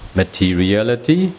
materiality